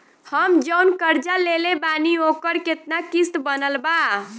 हम जऊन कर्जा लेले बानी ओकर केतना किश्त बनल बा?